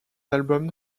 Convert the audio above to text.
album